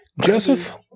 Joseph